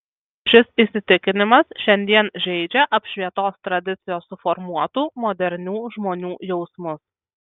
šis įsitikinimas šiandien žeidžia apšvietos tradicijos suformuotų modernių žmonių jausmus